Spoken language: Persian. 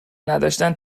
نداشتن